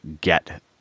get